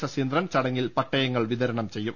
ശശീന്ദ്രൻ ചടങ്ങിൽ പട്ടയങ്ങൾ വിത രണം ചെയ്യും